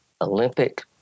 Olympic